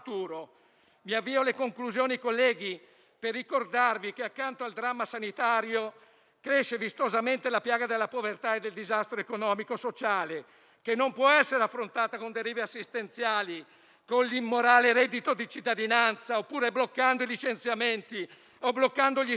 Mi avvio alle conclusioni, colleghi, per ricordarvi che, accanto al dramma sanitario, cresce vistosamente la piaga della povertà e del disastro economico-sociale, che non può essere affrontata con derive assistenziali, con l'immorale reddito di cittadinanza oppure bloccando i licenziamenti e gli sfratti,